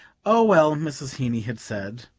oh, well, mrs. heeny had said,